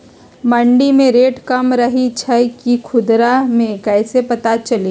मंडी मे रेट कम रही छई कि खुदरा मे कैसे पता चली?